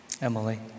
Emily